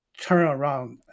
turnaround